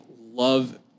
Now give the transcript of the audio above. love